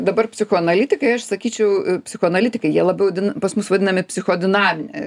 dabar psichoanalitikai aš sakyčiau psichoanalitikai jie labiau pas mus vadinami psichodinaminė